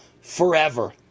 forever